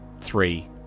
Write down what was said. three